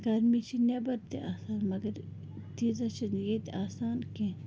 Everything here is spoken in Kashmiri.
گَرمی چھِ نٮ۪بَر تہِ آسان مگر تیٖژاہ چھَنہٕ ییٚتہِ آسان کیٚنٛہہ